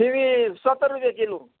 सिमी सत्तर रुपियाँ किलो